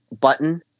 button